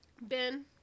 ben